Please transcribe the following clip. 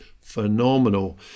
phenomenal